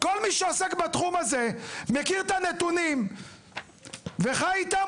כל מי שעוסק בתחום הזה מכיר את הנתונים וחי איתם,